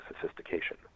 sophistication